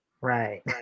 Right